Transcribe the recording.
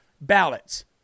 ballots